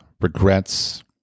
regrets